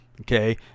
okay